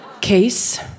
Case